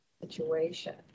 situation